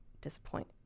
disappoint